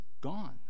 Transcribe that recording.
gone